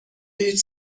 هیچ